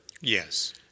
Yes